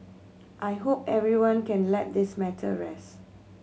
I hope everyone can let this matter rest